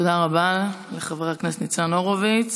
תודה רבה לחבר הכנסת ניצן הורוביץ.